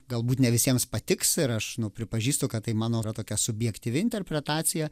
galbūt ne visiems patiks ir aš nu pripažįstu kad tai mano yra tokia subjektyvi interpretacija